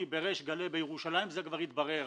בריש גלי בירושלים זה כבר התברר.